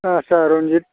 आथसा रन्जित